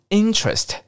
interest